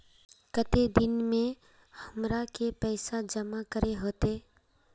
केते दिन में हमरा के पैसा जमा करे होते?